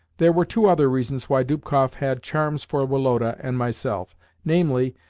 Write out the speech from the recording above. there were two other reasons why dubkoff had charms for woloda and myself namely,